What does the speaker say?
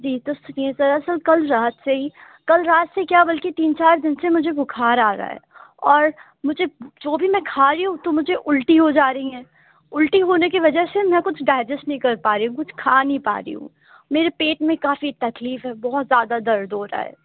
جی تو سنیے دراصل کل رات سے ہی کل رات سے ہی کیا بلکہ تین چار دن سے مجھے بخار آ رہا ہے اور مجھے جو بھی میں کھا رہی ہوں تو مجھے الٹی ہو جا رہی ہیں الٹی ہونے کی وجہ سے میں کچھ ڈائجسٹ نہیں کر پا رہی ہوں کھا نہیں پا رہی ہوں میرے پیٹ میں کافی تکلیف ہے بہت زیادہ درد ہو رہا ہے